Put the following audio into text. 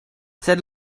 sed